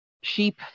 sheep